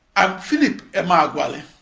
i'm philip emeagwali.